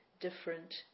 different